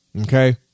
Okay